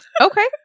Okay